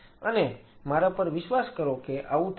અને મારા પર વિશ્વાસ કરો કે આવું થાય છે